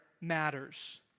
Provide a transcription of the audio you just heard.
matters